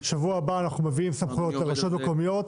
בשבוע הבא אנחנו מביאים סמכויות לרשויות המקומיות.